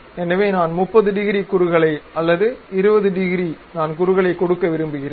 எனவே நான் 30 டிகிரி குறுகலை அல்லது 20 டிகிரி நான் குறுகலைக் கொடுக்க விரும்புகிறேன்